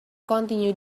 continue